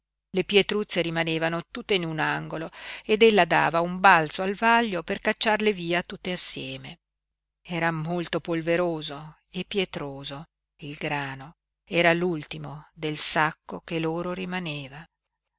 le pietruzze rimanevano tutte in un angolo ed ella dava un balzo al vaglio per cacciarle via tutte assieme era molto polveroso e pietroso il grano era l'ultimo del sacco che loro rimaneva